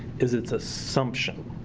is its assumption.